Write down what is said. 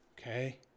okay